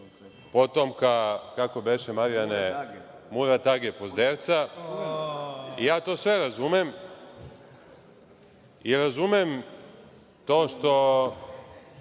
potomka, kako beše Marijane, Murat Age Puzdevca. Ja to sve razumem. Razumem to što